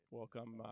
welcome